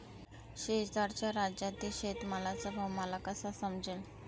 शेजारच्या राज्यातील शेतमालाचा भाव मला कसा समजेल?